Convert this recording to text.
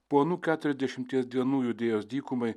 po anų keturiasdešimties dienų judėjos dykumai